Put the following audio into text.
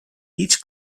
each